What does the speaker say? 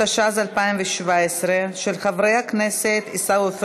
התשע"ז 2017, של חברי הכנסת עיסאווי פריג',